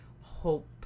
hope